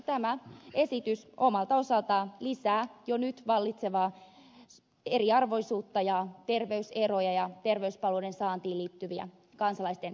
tämä esitys omalta osaltaan lisää jo nyt vallitsevaa eriarvoisuutta ja terveyseroja ja terveyspalveluiden saantiin liittyviä kansalaisten eroja